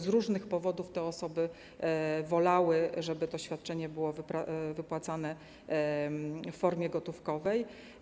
Z różnych powodów te osoby wolały, żeby to świadczenie było wypłacane im w formie gotówkowej.